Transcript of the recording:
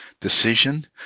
decision